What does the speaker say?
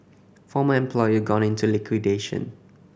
former employer gone into liquidation